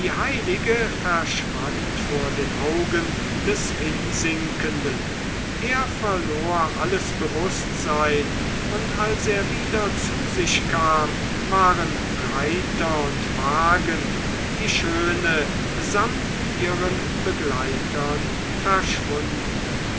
heilige verschwand vor den augen des hinsinkenden er verlor alles bewußtsein und als er wieder zu sich kam waren reiter und wagen die schöne samt ihren begleitern verschwunden